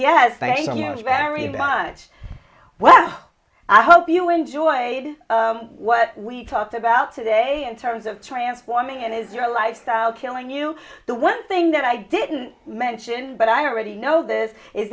yes thank you very biased well i hope you enjoyed what we talked about today in terms of transforming and is your lifestyle killing you the one thing that i didn't mention but i already know this is